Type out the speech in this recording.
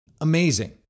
amazing